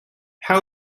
how